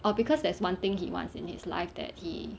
orh because there's one thing he wants in his life that he